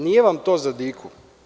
Nije vam to za diku.